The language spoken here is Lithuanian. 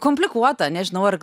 komplikuota nežinau ar